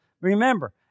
remember